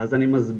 אז אני מסביר,